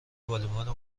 والیبال